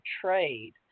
trade